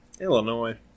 Illinois